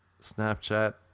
Snapchat